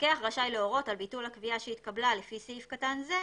המפקח רשאי להורות על ביטול הקביעה שהתקבלה לפי סעיף קטן זה,